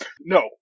no